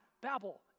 Babel